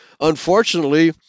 unfortunately